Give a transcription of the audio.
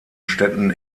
städten